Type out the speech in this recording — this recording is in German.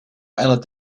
einer